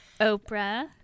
Oprah